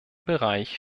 bereich